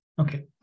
Okay